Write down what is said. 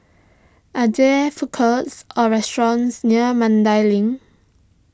are there food courts or restaurants near Mandai Link